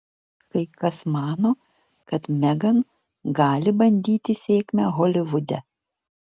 kai kas mano kad megan gali bandyti sėkmę holivude